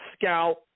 scout